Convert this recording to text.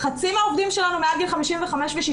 חצי מהעובדים שלנו מעל גיל 55 ו-60.